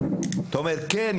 אתה אומר: "כן,